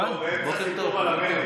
לא, הוא באמצע סיפור על המלך.